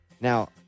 Now